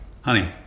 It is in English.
Honey